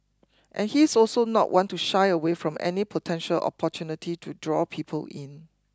and he's also not one to shy away from any potential opportunity to draw people in